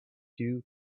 two